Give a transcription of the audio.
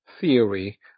theory